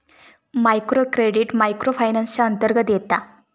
micro credit micro finance च्या अंतर्गत येता